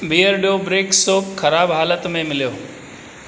बीयरडो brick soap ख़राबु हालत में मिलियो